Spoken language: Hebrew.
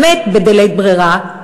באמת בדלית ברירה,